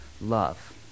love